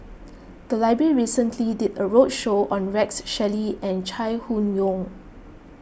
the library recently did a roadshow on Rex Shelley and Chai Hon Yoong